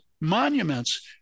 monuments